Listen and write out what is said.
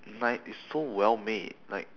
like it's so well made like